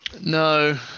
No